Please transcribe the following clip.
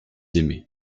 aimaient